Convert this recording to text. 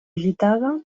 gitada